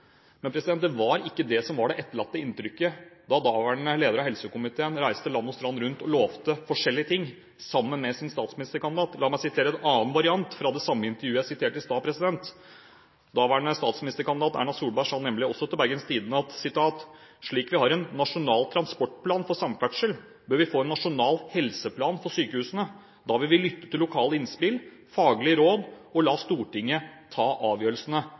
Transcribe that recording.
men det var ikke det som var det etterlatte inntrykket da daværende leder av helsekomiteen reiste land og strand rundt og lovte forskjellige ting sammen med sin statsministerkandidat. La meg sitere noe annet fra det samme intervjuet jeg siterte fra i stad. Daværende statsministerkandidat Erna Solberg sa nemlig også til Bergens Tidende: «Slik vi har en Nasjonal transportplan for samferdsel, bør vi få en nasjonal helseplan for sykehusene. Da vil vi lytte til lokale innspill, faglige råd og la Stortinget ta avgjørelsene.»